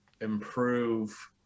improve